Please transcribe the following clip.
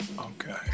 Okay